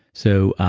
so,